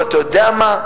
ואתה יודע מה?